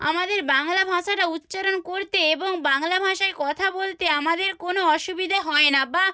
আমাদের বাংলা ভাষাটা উচ্চারণ করতে এবং বাংলা ভাষায় কথা বলতে আমাদের কোনো অসুবিধে হয় না বা